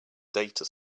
data